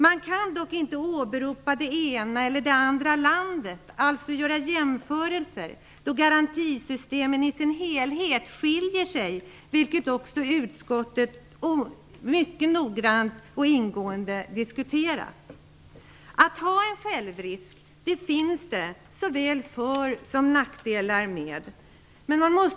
Man kan dock inte åberopa det ena eller det andra landet och göra jämförelser eftersom garantisystemen i sin helhet skiljer sig. Det har också utskottet diskuterat mycket ingående. Det finns både för och nackdelar med att ha en självrisk.